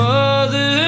Mother